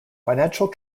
financial